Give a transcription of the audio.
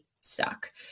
suck